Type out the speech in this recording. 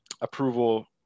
approval